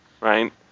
right